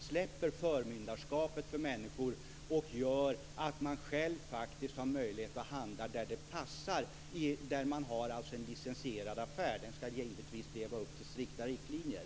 släpper förmyndarskapet över människor, så att de själva faktiskt har möjlighet att handla där det passar och där det finns en licensierad affär som givetvis ska leva upp till strikta riktlinjer?